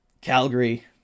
Calgary